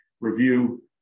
review